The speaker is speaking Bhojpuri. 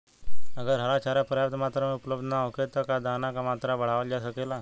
अगर हरा चारा पर्याप्त मात्रा में उपलब्ध ना होखे त का दाना क मात्रा बढ़ावल जा सकेला?